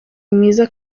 mwiza